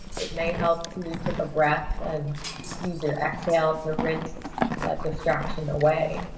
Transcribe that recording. it may help to take a breath and use your exhale to rinse that distraction away,